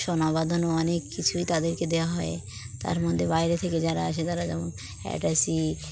সোনা বাঁধানো অনেক কিছুই তাদেরকে দেওয়া হয় তার মধ্যে বাইরে থেকে যারা আসে তারা যেমন অ্যাটাচি